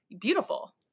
beautiful